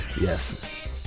Yes